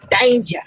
Danger